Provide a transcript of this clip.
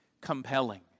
compelling